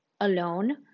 alone